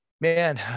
Man